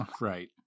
Right